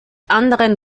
anderen